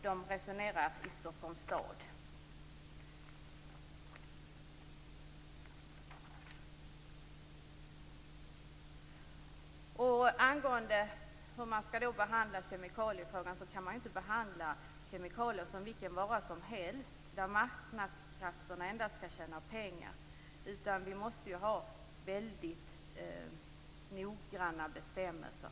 Så resonerar man i Stockholms stad. Man kan inte behandla kemikalier som vilken vara som helst och låta marknadskrafterna tjäna pengar. Vi måste ha väldigt noggranna bestämmelser.